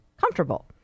comfortable